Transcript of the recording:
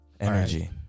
Energy